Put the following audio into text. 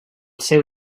seu